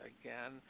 again